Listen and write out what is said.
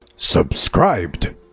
Subscribed